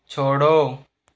छोड़ो